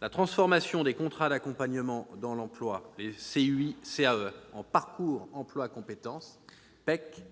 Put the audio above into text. La transformation des contrats d'accompagnement dans l'emploi, les CUI-CAE, en parcours emploi compétences, ou PEC,